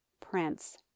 Prince